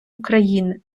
україни